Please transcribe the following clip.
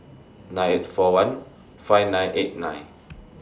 nine eight four one five nine eight nine